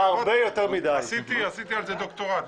עשיתי על זה דוקטורט.